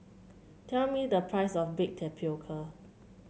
tell me the price of bake tapioca